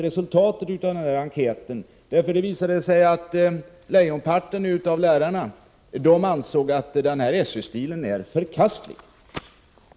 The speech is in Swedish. Det visade sig nämligen att lejonparten av lärarna ansåg att SÖ-stilen var förkastlig.